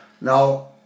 Now